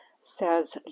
says